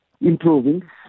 Improving